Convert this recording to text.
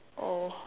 oh